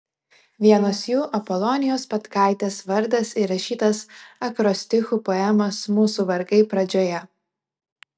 vienos jų apolonijos petkaitės vardas įrašytas akrostichu poemos mūsų vargai pradžioje